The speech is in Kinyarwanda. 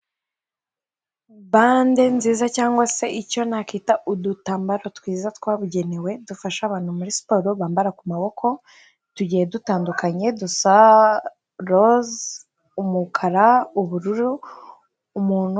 Bande nziza, cyangwa se icyo nakwita udutambaro twiza twabugenewe, dufasha abantu muri siporo, bambara ku maboko, tugiye dutandukanye, dusa roze, umukara, ubururu, umuntu...